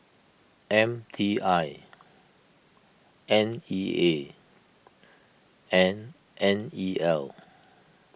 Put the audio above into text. M T I N E A and N E L